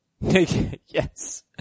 Yes